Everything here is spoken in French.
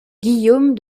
guillaume